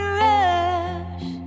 rush